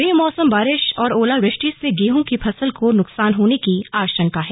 बेमौसम बारिश और ओलावृष्टि से गेहूं की फसल को नुकसान होने की आशंका है